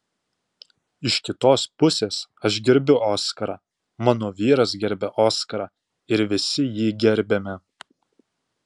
iš kitos pusės aš gerbiu oskarą mano vyras gerbia oskarą ir visi jį gerbiame